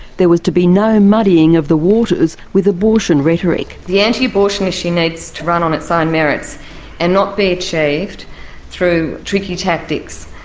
there was to be no muddying of the waters with abortion rhetoric. the anti-abortion issue needs to run on its own ah and merits and not be achieved through tricky tactics.